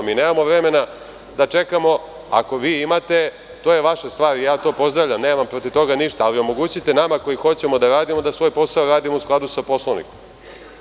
Mi nemamo vremena da čekamo, ako vi imate to je vaša stvar, ja to pozdravljam, nemam protiv toga ništa, ali omogućite nama koji hoćemo da radimo da svoj posao radimo u skladu sa Poslovnikom.